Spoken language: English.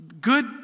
good